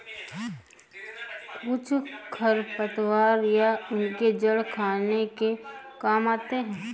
कुछ खरपतवार या उनके जड़ खाने के काम आते हैं